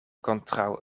kontraŭ